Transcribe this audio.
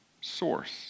source